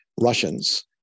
Russians